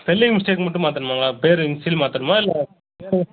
spelling mistake மட்டும் மாற்றணுமாங்க பெரு இன்ஷியல் மாற்றணுமா இல்லை பெரு